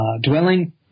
dwelling